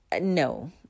no